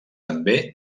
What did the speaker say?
també